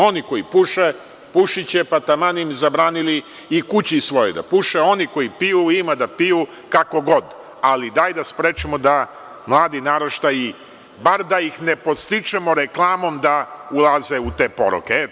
Oni koji puše, pušiće, pa taman im zabranili i u kući svojoj da puše, oni koji piju, ima da piju kako god, ali daj da sprečimo da mladi naraštaji, bar da ih ne podstičemo reklamom da ulaze u te poroke.